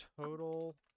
total